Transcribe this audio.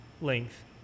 length